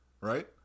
right